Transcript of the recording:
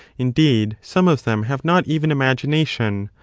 indeed, some of them have not even imagination,